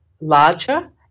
larger